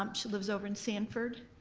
um she lives over in sanford